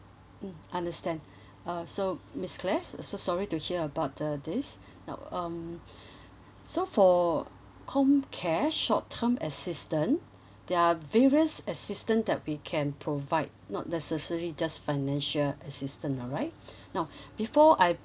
mm understand uh so miss claire s~ so sorry to hear about uh this now um so for comcare short term assistant there are various assistant that we can provide not necessary just financial assistant alright now before I